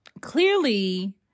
clearly